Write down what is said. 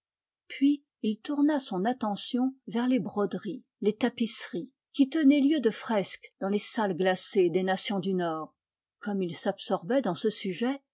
puis il tourna son attention vers les broderies les tapisseries qui tenaient lieu de fresques dans les salles glacées des nations du nord comme il s'absorbait dans ce sujet